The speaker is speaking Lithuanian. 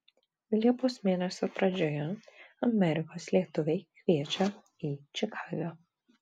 liepos mėnesio pradžioje amerikos lietuviai kviečia į čikagą